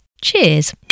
Cheers